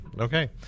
Okay